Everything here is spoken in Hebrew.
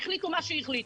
והחליטו מה שהחליטו.